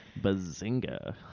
Bazinga